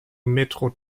metro